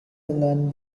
dengan